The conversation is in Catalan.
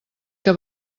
que